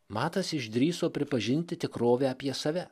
matas išdrįso pripažinti tikrovę apie save